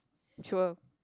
sure